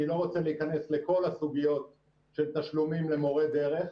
אני לא רוצה להיכנס לכל הסוגיות של תשלומים למורי דרך.